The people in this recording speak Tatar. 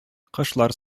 кошлар